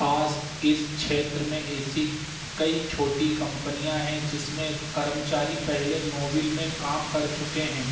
आज इस क्षेत्र में ऐसी कई छोटी कंपनियाँ हैं जिसमें कर्मचारी पहले नोवेल में काम कर चुके हैं